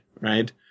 right